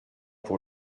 pour